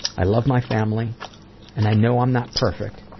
i love my family and i know i'm not perfect,